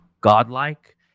godlike